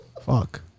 Fuck